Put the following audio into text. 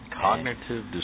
Cognitive